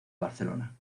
barcelona